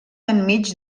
enmig